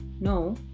no